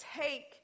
take